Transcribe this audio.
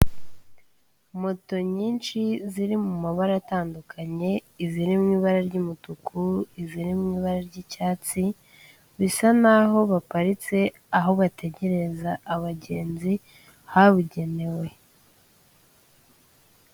Moto nyinshi ziri mu mabara atandukanye, iziri mu ibara ry'umutuku, iziri mu ibara ry'icyatsi, bisa nkaho baparitse aho bategerereza abagenzi habugenewe.